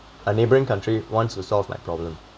a neighboring country wants to solve my problem